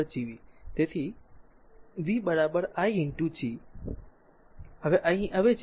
તેથી v i G દ્વારા જો અહીં અવેજી v r i ભાગ્યા G